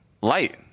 light